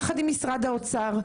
יחד עם משרד האוצר.